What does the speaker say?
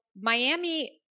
Miami